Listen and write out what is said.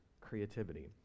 creativity